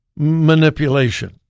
manipulation